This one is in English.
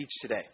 today